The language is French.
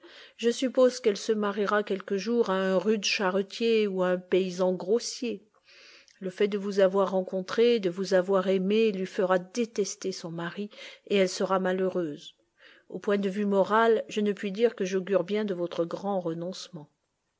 je suppose qu'elle se mariera quelque jour à un rude charretier ou à un paysan grossier le fait de vous avoir rencontré de vous avoir aimé lui fera détester son mari et elle sera malheureuse au point de vue moral je ne puis dire que j'augure bien de votre grand renoncement